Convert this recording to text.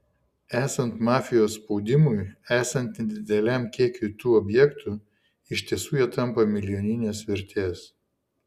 esant mafijos spaudimui esant nedideliam kiekiui tų objektų iš tiesų jie tampa milijoninės vertės